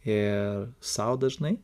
ir sau dažnai